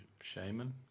shaman